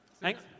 Thanks